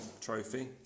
trophy